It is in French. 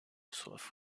soif